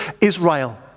Israel